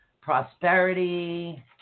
prosperity